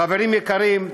חברים יקרים,